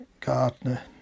Gardener